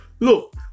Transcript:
Look